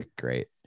great